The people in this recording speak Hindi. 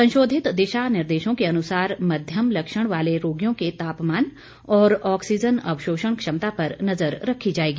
संशोधित दिशानिर्देशों के अनुसार मध्यम लक्षण वाले रोगियों के तापमान और ऑक्सीजन अवशोषण क्षमता पर नजर रखी जाएगी